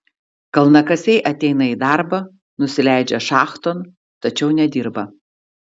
kalnakasiai ateina į darbą nusileidžia šachton tačiau nedirba